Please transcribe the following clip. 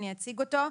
אני אציג אותו.